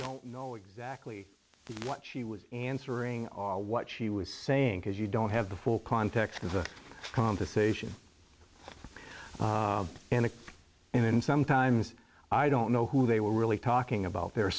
you know exactly what she was answering are what she was saying because you don't have the full context of the compensation and then sometimes i don't know who they were really talking about their